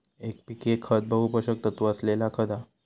NPK खत बहु पोषक तत्त्व असलेला खत हा